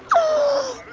oh,